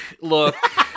look